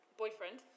boyfriend